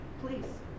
please